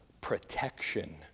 protection